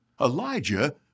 Elijah